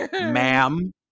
ma'am